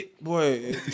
boy